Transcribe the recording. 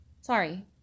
Sorry